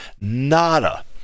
Nada